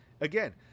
again